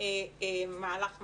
מהלך מפתיע,